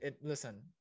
Listen